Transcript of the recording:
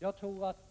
Jag tror att